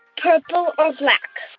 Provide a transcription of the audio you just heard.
purple or black